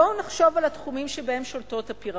בואו נחשוב על התחומים שבהם שולטות הפירמידות: